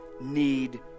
need